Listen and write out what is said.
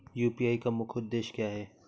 UPI का मुख्य उद्देश्य क्या है?